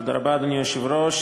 תודה רבה, אדוני היושב-ראש.